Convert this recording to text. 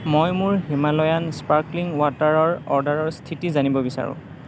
মই মোৰ Himalayan sparkling ৱাটাৰৰ অৰ্ডাৰৰ স্থিতি জানিব বিচাৰোঁ